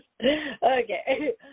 Okay